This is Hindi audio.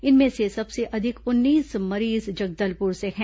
इनमें से सबसे अधिक उन्नीस मरीज जगदलपुर से हैं